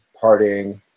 partying